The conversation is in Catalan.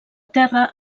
terra